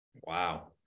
Wow